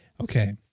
Okay